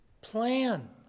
Plan